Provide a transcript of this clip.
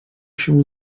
się